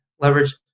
leverage